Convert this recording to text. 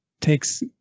takes